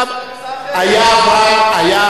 אבל יש מסיעה אחרת.